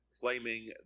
claiming